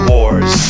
Wars